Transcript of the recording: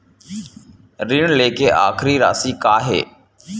ऋण लेके आखिरी राशि का हे?